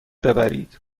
ببرید